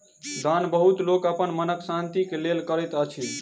दान बहुत लोक अपन मनक शान्ति के लेल करैत अछि